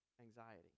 anxiety